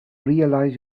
realize